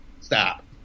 Stop